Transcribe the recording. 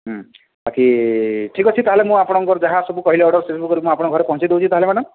ହୁଁ ବାକି ଠିକ ଅଛି ତାହେଲେ ମୁଁ ଆପଣଙ୍କର ଯାହା ସବୁ କହିଲେ ଅର୍ଡର ସେସବୁକରି ଆପଣଙ୍କ ଘରେ ପହୁଞ୍ଚାଇ ଦେଉଛି ତାହେଲେକି ମ୍ୟାଡ଼ାମ